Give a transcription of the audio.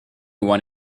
one